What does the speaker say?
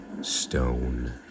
stone